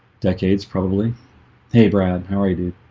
decades probably hey brad, how are you?